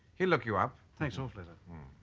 he'll look you up thanks awfully hmm